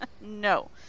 no